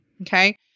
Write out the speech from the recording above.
Okay